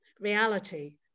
reality